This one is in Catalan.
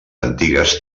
antigues